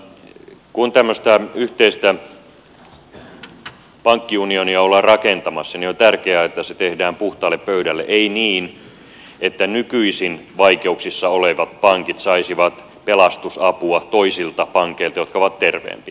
mutta kun tämmöistä yhteistä pankkiunionia ollaan rakentamassa on tärkeää että se tehdään puhtaalle pöydälle ei niin että nykyisin vaikeuksissa olevat pankit saisivat pelastusapua toisilta pankeilta jotka ovat terveempiä